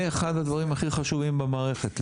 זה אחד הדברים הכי חשובים במערכת,